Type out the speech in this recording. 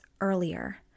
earlier